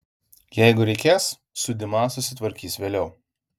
jeigu reikės su diuma susitvarkys vėliau